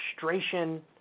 frustration